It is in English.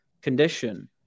condition